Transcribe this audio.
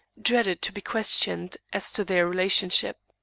dreaded to be questioned as to their relationship.